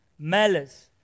Malice